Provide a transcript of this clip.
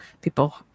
people